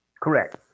Correct